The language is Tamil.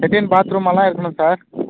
லேட்டின் பாத்ரூம்மலா இருக்கணும் சார்